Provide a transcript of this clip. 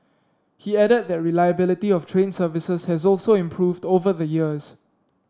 he added that reliability of train services has also improved over the years